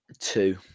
Two